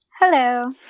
Hello